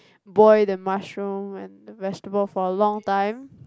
boil the mushroom and the vegetable for a long time